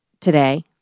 today